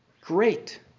great